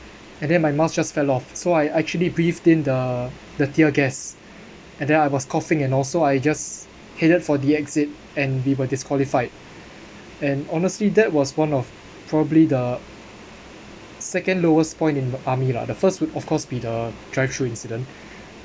and then my mask just fell off so I actually breathed in the the tear gas and then I was coughing and also I just headed for the exit and we were disqualified and honestly that was one of probably the second lowest point in army lah the first will of course be the drive through incident